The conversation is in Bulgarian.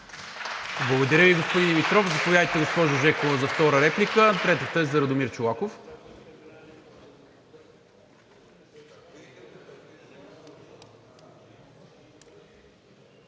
Благодаря Ви, господин Димитров. Заповядайте, госпожо Жекова, за втора реплика. Третата е за Радомир Чолаков.